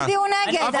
הם לא הצביעו נגד.